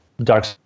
dark